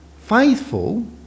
faithful